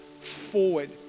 forward